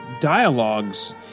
dialogues